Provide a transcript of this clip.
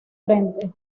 frente